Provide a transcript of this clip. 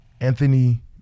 Anthony